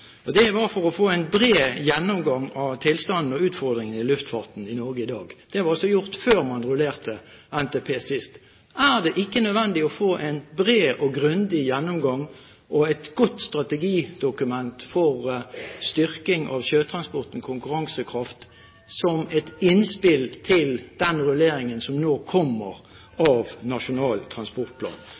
transportområdene. Det var for å få en bred gjennomgang av tilstanden og utfordringene i luftfarten i Norge i dag. Det var altså gjort før man rullerte NTP sist. Er det ikke nødvendig å få en bred og grundig gjennomgang og et godt strategidokument for styrking av sjøtransportens konkurransekraft som et innspill til den rulleringen som nå kommer av Nasjonal transportplan?